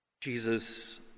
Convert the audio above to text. Jesus